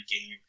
game